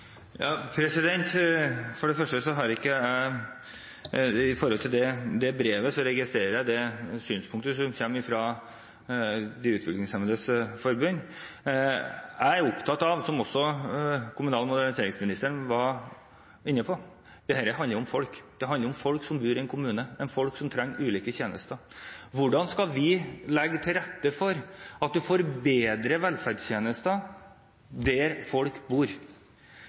det gjelder det brevet, registrerer jeg synspunktet som kommer fra Norsk Forbund for Utviklingshemmede. Jeg er opptatt av, som også kommunal- og moderniseringsministeren var inne på, at dette handler om folk. Det handler om folk som bor i en kommune, folk som trenger ulike tjenester: Hvordan skal vi legge til rette for at man får bedre velferdstjenester der folk bor?